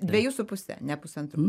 dvejus su puse ne pusantrų